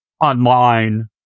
online